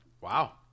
wow